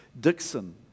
Dixon